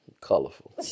Colorful